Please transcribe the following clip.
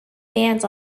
bans